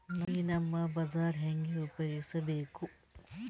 ಈ ನಮ್ ಬಜಾರ ಹೆಂಗ ಉಪಯೋಗಿಸಬೇಕು?